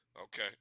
Okay